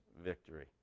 victory